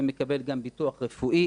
ומקבל גם ביטוח רפואי,